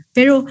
Pero